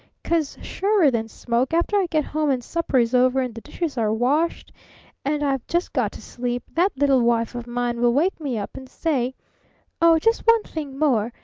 cause, surer than smoke, after i get home and supper is over and the dishes are washed and i've just got to sleep, that little wife of mine will wake me up and say oh, just one thing more.